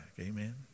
amen